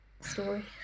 story